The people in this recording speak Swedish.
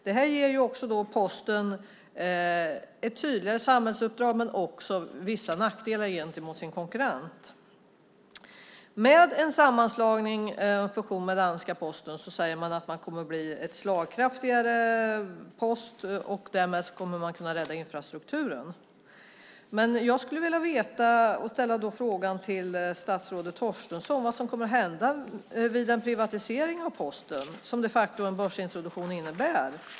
Det här ger Posten ett tydligare samhällsuppdrag och också vissa nackdelar gentemot sin konkurrent. Med en sammanslagning, en fusion, med den danska posten kommer man att bli en slagkraftigare post och därmed kommer infrastrukturen att räddas. Jag undrar då, statsrådet Torstensson, vad som kommer att hända vid en privatisering av Posten, som de facto en börsintroduktion innebär.